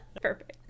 Perfect